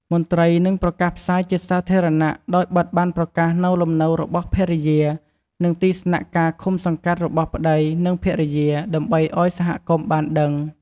មន្ត្រីនឹងប្រកាសផ្សាយជាសាធារណៈដោយបិទប័ណ្ណប្រកាសនៅលំនៅរបស់ភរិយា និងទីស្នាក់ការឃុំសង្កាត់របស់ប្ដី និងភរិយា ដើម្បីឲ្យសហគមន៍ បានដឹង។